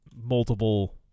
multiple